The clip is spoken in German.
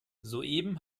soeben